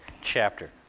chapter